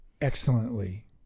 excellently